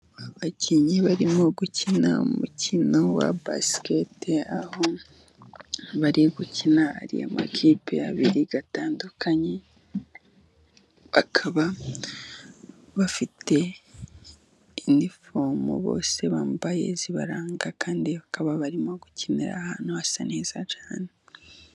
Abakinnyi barimo gukina umukino wa basiketi, aho bari gukina ari amakipe abiri atandukanye, bakaba bafite inifomu bose bambaye ibaranga, kandi bakaba barimo gukinira ahantu hasa neza cyane.